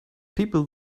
people